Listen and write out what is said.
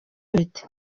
bite